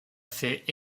fait